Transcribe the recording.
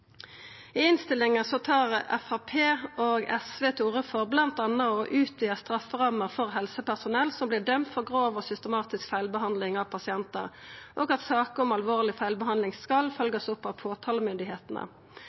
I innstillinga tar Framstegspartiet og SV til orde for bl.a. å utvida strafferamma for helsepersonell som vert dømde for grov og systematisk feilbehandling av pasientar, og at saker om alvorleg feilbehandling skal